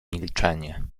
milczenie